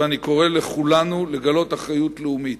ואני קורא לכולנו לגלות אחריות לאומית.